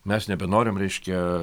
mes nebenorim reiškia